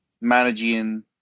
managing